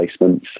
placements